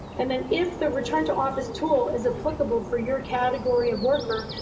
and and if the return to office tool is applicable for your category of worker,